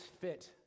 fit